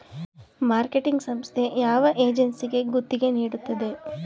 Marketing ಸಂಸ್ಥೆ ಯಾವ ಏಜೆನ್ಸಿಗೆ ಗುತ್ತಿಗೆ ನೀಡುತ್ತದೆ?